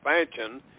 expansion